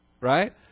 Right